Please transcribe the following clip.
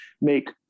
make